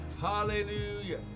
Hallelujah